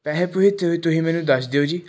ਪੈਸੇ ਪੁਸੇ ਤੁਹੀ ਤੁਸੀਂ ਮੈਨੂੰ ਦੱਸ ਦਿਓ ਜੀ